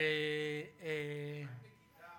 מה עם נגידה